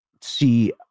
see